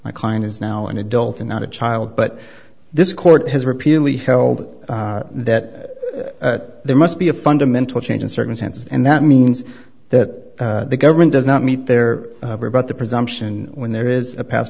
my client is now an adult and not a child but this court has repeatedly held that there must be a fundamental change in circumstances and that means that the government does not meet their about the presumption when there is a pas